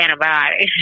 antibiotic